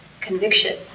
Conviction